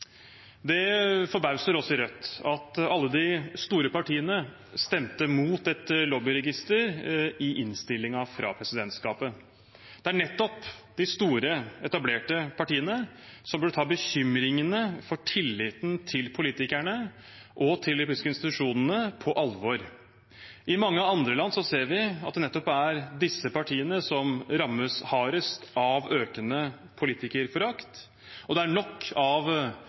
Det forbauser oss i Rødt at alle de store partiene er imot et lobbyregister i innstillingen fra presidentskapet. Det er nettopp de store, etablerte partiene som burde ta bekymringen for tilliten til politikerne og til de politiske institusjonene på alvor. I mange andre land ser vi at det nettopp er disse partiene som rammes hardest av økende politikerforakt, og det er nok av